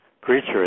creature